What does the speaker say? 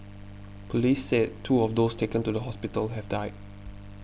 police said two of those taken to the hospital have died